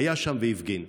היה שם והפגין.